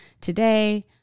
today